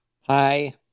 Hi